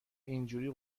اینجوری